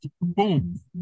Boom